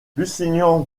lusignan